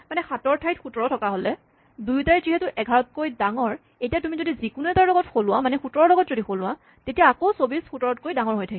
৭ ৰ ঠাইত ১৭ থকা হ'লে দুয়োটাই যিহেতু ১১ তকৈ ডাঙৰ এতিয়া তুমি যদি যিকোনো এটাৰ লগত সলোৱা মানে ১৭ ৰ লগত যদি সলোৱা তেতিয়া আকৌ ২৪ ১৭ তকৈ ডাঙৰ হৈ থাকিব